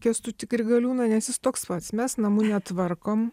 kęstutį grigaliūną nes jis toks pats mes namų netvarkom